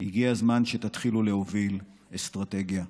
הגיע הזמן שתתחילו להוביל אסטרטגיה.